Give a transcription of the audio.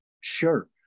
Sure